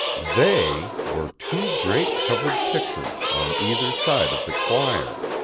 they were two great covered pictures on either side of the choir.